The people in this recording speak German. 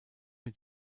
mit